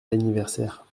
d’anniversaire